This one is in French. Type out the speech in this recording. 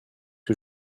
que